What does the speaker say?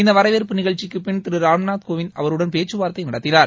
இந்த வரவேற்பு நிகழ்ச்சிக்குப்பின் திரு ராம்நாத் கோவிந்த் அவருடன் பேச்சுவார்த்தை நடத்தினார்